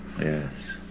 Yes